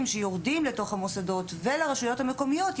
שיורדים לתוך המוסדות ולרשויות המקומיות,